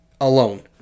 alone